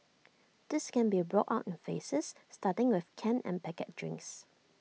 this can be rolled on in phases starting with canned and packet drinks